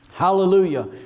Hallelujah